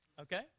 Okay